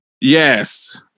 Yes